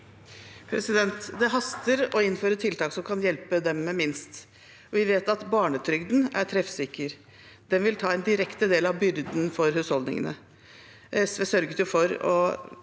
Det haster med å innføre tiltak som kan hjelpe dem med minst. Vi vet at barnetrygden er treffsikker, den vil ta en direkte del av byrden fra husholdningene.